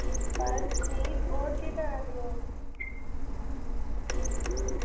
बस ठीक ऐ केह् करा दे ओ